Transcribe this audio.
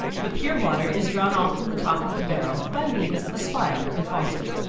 the pure water is drawn off from the top of the barrel by means of a spile or faucet.